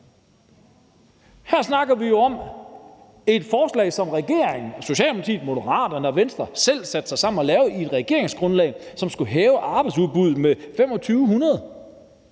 Her snakker vi jo om et forslag, som man i regeringen – Socialdemokratiet, Moderaterne og Venstre – selv satte sig sammen og lavede i et regeringsgrundlag, og som skulle hæve arbejdsudbuddet med 2.500,